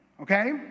Okay